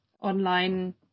online